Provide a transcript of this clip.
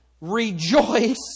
rejoice